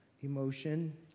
emotion